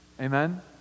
Amen